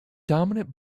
dominant